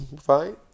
fine